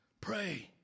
pray